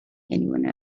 anyone